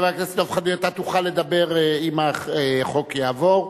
חבר הכנסת דב חנין, אתה תוכל לדבר אם החוק יעבור.